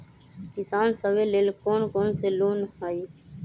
किसान सवे लेल कौन कौन से लोने हई?